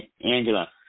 Angela